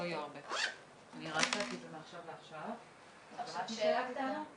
בתוך זה אני מבקשת לראות